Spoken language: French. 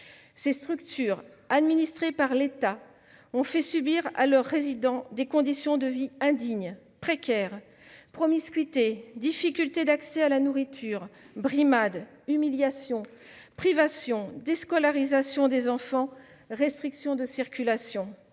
ces structures administrées par l'État ont subi des conditions de vie indignes et précaires : promiscuité, difficultés d'accès à la nourriture, brimades, humiliations, privations, déscolarisation des enfants, restrictions de circulation.